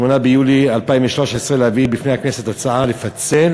8 ביולי 2013, להביא בפני הכנסת הצעה לפצל